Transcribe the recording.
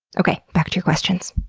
okay. back to your questions.